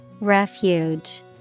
Refuge